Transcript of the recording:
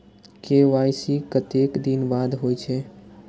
KYC कतेक दिन बाद होई छै?